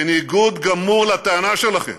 בניגוד גמור לטענה שלכם